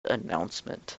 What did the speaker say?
announcement